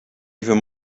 even